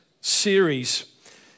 series